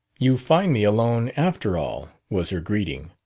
you find me alone, after all, was her greeting.